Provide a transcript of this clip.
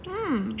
mm